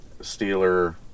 Steeler